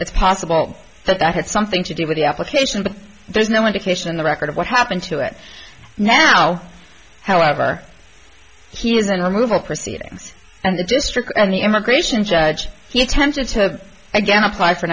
it's possible that i had something to do with the application but there's no indication in the record of what happened to it now however he is in removal proceedings and the district and the immigration judge he attempted to again apply for